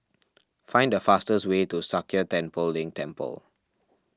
find the fastest way to Sakya Tenphel Ling Temple